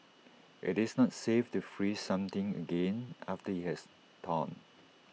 IT is not safe to freeze something again after IT has thawed